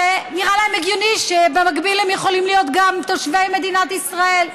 שנראה להם הגיוני שבמקביל הם יכולים להיות גם תושבי מדינת ישראל.